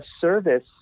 service